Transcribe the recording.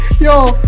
Yo